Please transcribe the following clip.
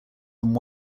than